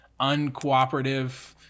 uncooperative